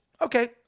okay